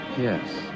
Yes